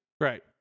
Right